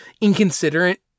inconsiderate